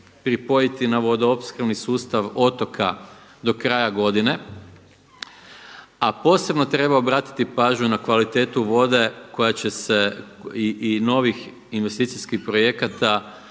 na vodoopskrbni sustav otoka do kraja godine. A posebno treba obratiti pažnju na kvalitetu vode koja će se i novih investicijskih projekata